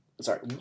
sorry